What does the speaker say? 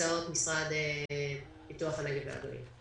הקצאות משרד פיתוח הנגב והגליל.